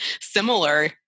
similar